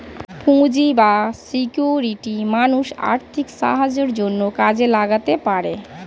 পুঁজি বা সিকিউরিটি মানুষ আর্থিক সাহায্যের জন্যে কাজে লাগাতে পারে